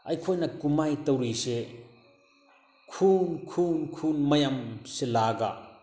ꯑꯩꯈꯣꯏꯅ ꯀꯨꯝꯍꯩ ꯇꯧꯔꯤꯁꯦ ꯈꯣꯟ ꯈꯣꯟ ꯈꯨꯟ ꯃꯌꯥꯝꯁꯤ ꯂꯥꯛꯑꯒ